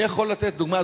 אני יכול לתת דוגמה,